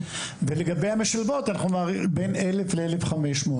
לגבי המשלבות אנחנו מעריכים שבין 1,000 ל-1,500.